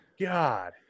god